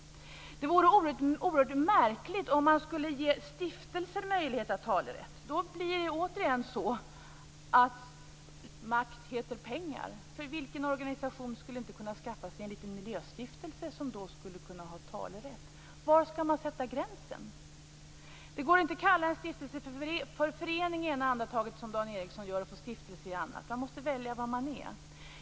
Det vore oerhört märkligt om man skulle ge stiftelser möjlighet till talerätt. Då blir det återigen så att makt heter pengar. Vilken organisation skulle inte kunna skaffa sig en liten miljöstiftelse som skulle kunna ha talerätt? Var skall man sätta gränsen? Det går inte att, som Dan Ericsson gör, kalla en stiftelse för förening i det ena andetaget och för stiftelse i det andra. Man måste välja vad det skall vara.